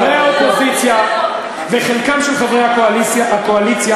חברי האופוזיציה וחלק של חברי הקואליציה